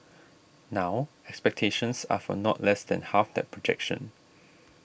now expectations are for not less than half that projection